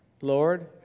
Lord